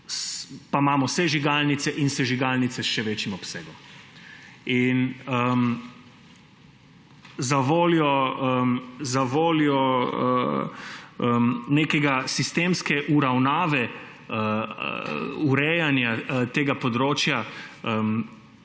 pa imamo sežigalnice in sežigalnice še z večjim obsegom. Zavoljo neke sistemske uravnave urejanja tega področja